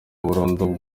burundu